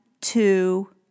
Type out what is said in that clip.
two